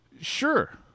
Sure